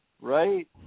right